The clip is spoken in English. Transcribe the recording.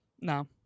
no